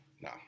No